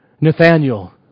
Nathaniel